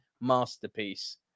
masterpiece